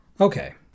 Okay